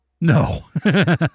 No